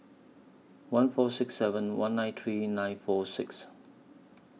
one four six seven one nine three nine four six